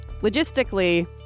Logistically